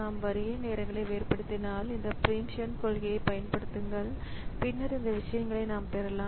நாம் வருகை நேரங்களை வேறுபடுத்தினால் இந்த பிரீம்சன் கொள்கையைப் பயன்படுத்துங்கள் பின்னர் இந்த விஷயங்களை நாம் பெறலாம்